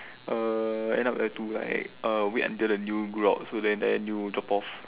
uh end up have to like err wait until the nail grow out so the entire nail drop off